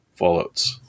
fallouts